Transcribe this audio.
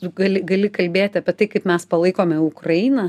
gali gali kalbėti apie tai kaip mes palaikome ukrainą